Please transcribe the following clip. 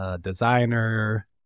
designer